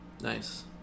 Nice